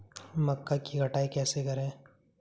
मक्का की कटाई कैसे करें?